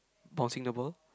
bouncing the ball